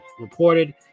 reported